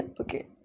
okay